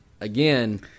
again